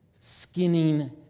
skinning